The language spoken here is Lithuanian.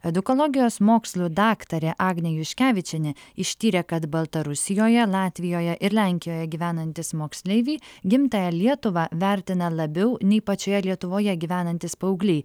edukologijos mokslų daktarė agnė juškevičienė ištyrė kad baltarusijoje latvijoje ir lenkijoj gyvenantys moksleiviai gimtąją lietuvą vertina labiau nei pačioje lietuvoje gyvenantys paaugliai